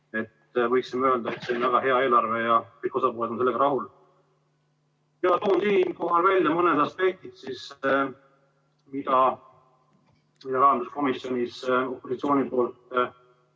võiksime öelda, et see on väga hea eelarve ja kõik osapooled on sellega rahul. Toon siinkohal välja mõne aspekti, mis rahanduskomisjonis opositsiooni poolt